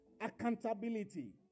accountability